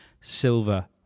Silver